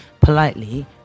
politely